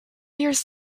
years